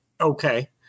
Okay